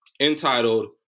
entitled